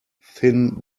thin